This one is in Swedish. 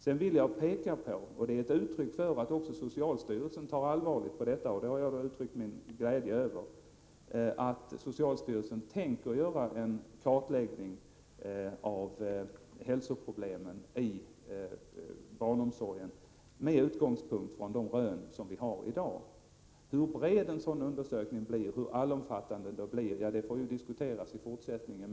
Sedan vill jag peka på att socialstyrelsen med utgångspunkt i de rön som i dag föreligger tänker göra en kartläggning av hälsoproblemen inom barnomsorgen. Det är ett tecken på att också socialstyrelsen tar allvarligt på detta, och det har jag uttryckt min glädje över. Hur bred, hur allomfattande en sådan undersökning skall bli får diskuteras i fortsättningen.